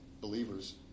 believers